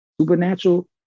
Supernatural